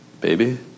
Baby